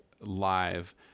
live